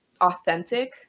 authentic